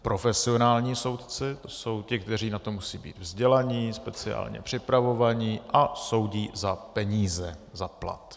Profesionální soudci, to jsou ti, kteří na to musejí být vzdělaní, speciálně připravovaní a soudí za peníze, za plat.